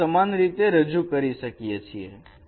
તેને સમાન રીતે રજૂ કરી શકીએ છીએ